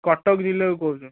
କଟକ ଜିଲ୍ଲାରୁ କହୁଛୁ